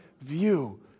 view